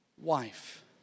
wife